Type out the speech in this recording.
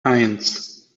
eins